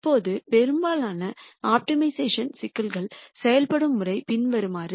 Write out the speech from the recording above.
இப்போது பெரும்பாலான ஆப்டிமைசேஷன் சிக்கல்கள் செயல்படும் முறை பின்வருமாறு